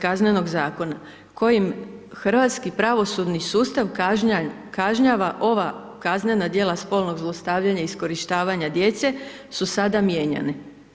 Kaznenog zakona kojim hrvatski pravosudni sustava kažnjava ova kaznena djela spolnog zlostavljanja iskorištavanja djece su sada mijenjane.